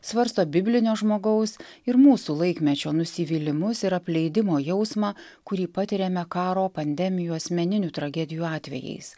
svarsto biblinio žmogaus ir mūsų laikmečio nusivylimus ir apleidimo jausmą kurį patiriame karo pandemijų asmeninių tragedijų atvejais